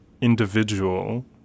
individual